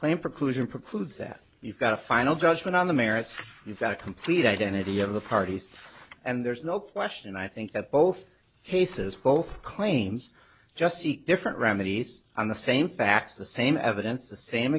claim preclusion precludes that you've got a final judgment on the merits you've got a complete identity of the parties and there's no question i think that both cases both claims just different remedies on the same facts the same evidence the same